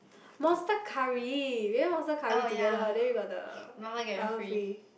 monster curry we went monster curry together then we got the buy one free